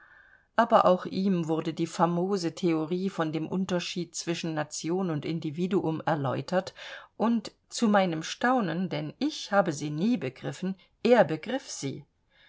aber auch ihm wurde die famose theorie von dem unterschied zwischen nation und individuum erläutert und zu meinem staunen denn ich habe sie nie begriffen er begriff sie